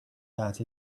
that